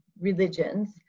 religions